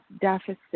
deficit